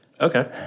Okay